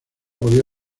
podía